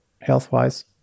health-wise